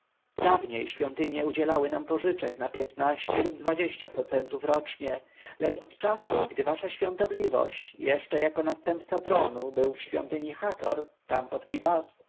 dawniej świątynie udzielały nam pożyczek na piętnaście lub dwadzieścia procentów rocznie lecz od czasu gdy wasza świątobliwość jeszcze jako następca tronu był w świątyni hator